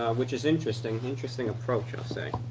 which is interesting interesting approach, i'll say.